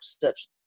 perception